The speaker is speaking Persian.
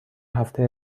هفته